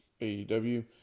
AEW